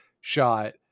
shot